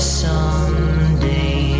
someday